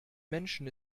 menschen